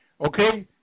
Okay